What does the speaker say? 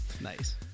Nice